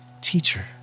Teacher